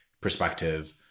perspective